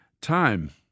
time